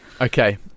Okay